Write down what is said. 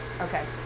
Okay